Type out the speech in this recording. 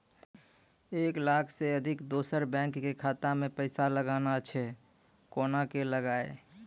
एक लाख से अधिक दोसर बैंक के खाता मे पैसा लगाना छै कोना के लगाए?